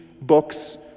books